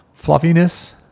fluffiness